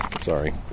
Sorry